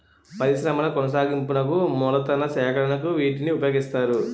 పరిశ్రమల కొనసాగింపునకు మూలతన సేకరణకు వీటిని ఉపయోగిస్తారు